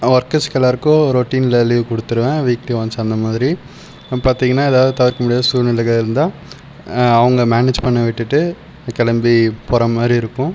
ஒர்க்கர்ஸுக்கு எல்லாேருக்கும் ரொட்டினில் லீவ் கொடுத்துடுவேன் வீக்லி ஒன்ஸ் அந்த மாதிரி பார்த்தீங்கனா ஏதாவது தவிர்க்க முடியாத சூழ்நிலைகள் இருந்தால் அவங்க மேனேஜ் பண்ண விட்டுவிட்டு கிளம்பி போகிற மாதிரி இருக்கும்